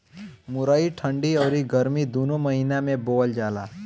मुरई ठंडी अउरी गरमी दूनो महिना में बोअल जाला